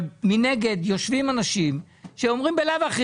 אבל מנגד יושבים אנשים שאומרים בלאו הכי